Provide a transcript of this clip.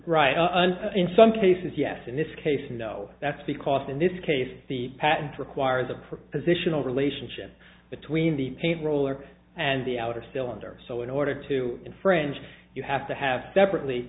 and in some cases yes in this case no that's because in this case the patent requires a position of relationship between the paint roller and the outer cylinder so in order to infringe you have to have separate